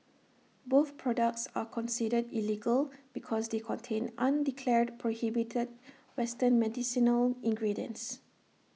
both products are considered illegal because they contain undeclared prohibited western medicinal ingredients